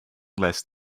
less